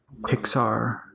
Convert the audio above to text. Pixar